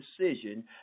decision